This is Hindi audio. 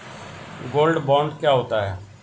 गोल्ड बॉन्ड क्या होता है?